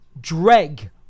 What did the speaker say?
dreg